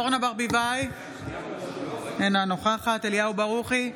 בעד אורנה ברביבאי, אינה נוכחת אליהו ברוכי,